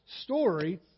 story